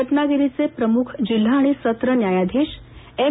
रत्नागिरीचे प्रमुख जिल्हा आणि सत्र न्यायाधीश एम